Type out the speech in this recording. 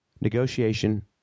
Negotiation